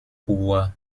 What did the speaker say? pouvoir